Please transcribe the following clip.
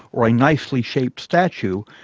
or a nicely-shaped statue,